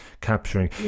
capturing